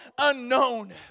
unknown